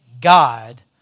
God